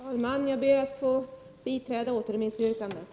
Herr talman! Jag ber att få biträda återremissyrkandet.